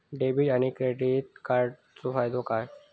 Debit आणि credit कार्डचो फायदो काय?